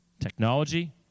Technology